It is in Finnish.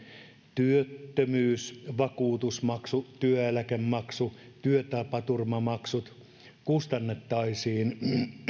työttömyysvakuutusmaksut työeläkemaksut ja työtapaturmamaksut kustannettaisiin